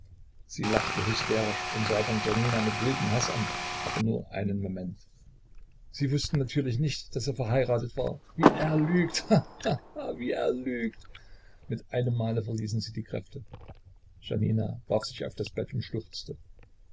sie lachte hysterisch und sah dann janina mit wildem haß an aber nur einen moment sie wußten natürlich nicht daß er verheiratet war wie er lügt ha ha ha wie er lügt mit einem male verließen sie die kräfte janina warf sich auf das bett und schluchzte